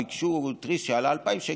תריס שעלה 2,000,